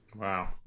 wow